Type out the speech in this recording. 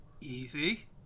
Easy